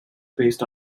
based